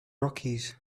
rockies